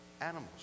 animals